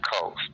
coast